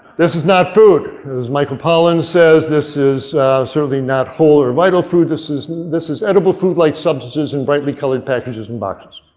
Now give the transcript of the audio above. this is not food. it was michael pollan says this is certainly not whole or vital food. this is, this is edible food like substances in brightly colored packages and boxes.